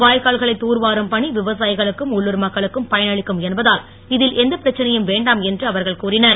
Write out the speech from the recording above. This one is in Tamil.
வாய்க்கால்களைத் தூர்வாரும் பணி விவசாயிகளுக்கும் உள்ளூர் மக்களுக்கும் பயனளிக்கும் என்பதால் இதில் எந்தப் பிரச்சனையும் வேண்டாம் என்று அவர்கள் கூறினர்